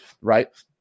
Right